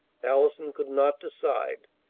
allison could not decide.